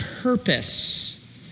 purpose